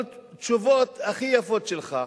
אבל התשובות הכי יפות שלך,